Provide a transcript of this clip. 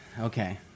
Okay